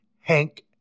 hank